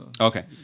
Okay